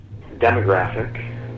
demographic